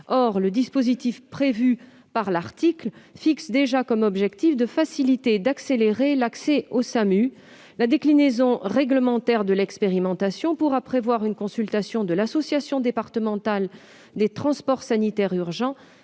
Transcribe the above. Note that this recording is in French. Or le dispositif prévu par l'article fixe déjà comme objectif de faciliter et d'accélérer l'accès aux SAMU. La déclinaison réglementaire de l'expérimentation pourra prévoir une consultation de l'association départementale des transports sanitaires urgents,